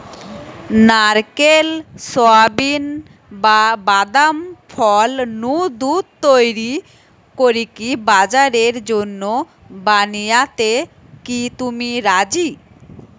নারকেল, সুয়াবিন, বা বাদাম ফল নু দুধ তইরি করিকি বাজারের জন্য বানানিয়াতে কি তুমি রাজি?